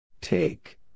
Take